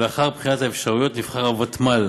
ולאחר בחינת האפשרויות נבחר הוותמ"ל